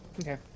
Okay